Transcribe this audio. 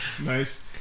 nice